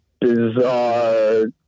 bizarre